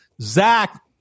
Zach